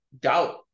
doubt